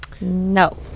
No